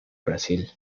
brasil